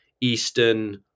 eastern